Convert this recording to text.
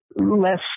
less